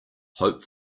hope